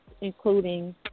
including